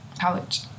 college